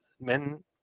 men